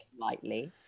lightly